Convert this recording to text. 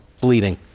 bleeding